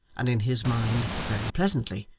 and in his mind very pleasantly,